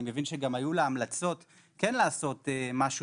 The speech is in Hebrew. ואני מבין שגם היו לה המלצות לעשות משהו